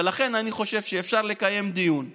ולכן, אני חושב שאפשר לקיים דיון רציני,